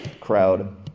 crowd